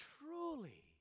truly